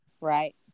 right